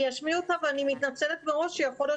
אני אשמיע אותה ואני מתנצלת מראש שיכול להיות